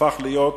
הפך להיות